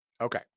Okay